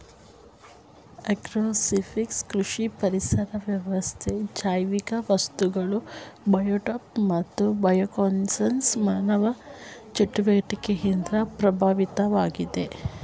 agrophysics ಕೃಷಿ ಪರಿಸರ ವ್ಯವಸ್ಥೆ ಜೈವಿಕ ವಸ್ತುಗಳು ಬಯೋಟೋಪ್ ಮತ್ತು ಬಯೋಕೋನೋಸಿಸ್ ಮಾನವ ಚಟುವಟಿಕೆಯಿಂದ ಪ್ರಭಾವಿತವಾಗಿವೆ